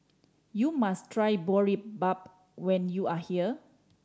you must try Boribap when you are here